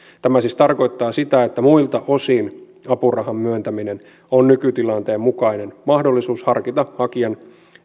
tämä siis tarkoittaa sitä että muilta osin apurahan myöntäjällä on nykytilanteen mukainen mahdollisuus harkita hakijan